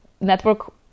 network